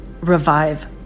revive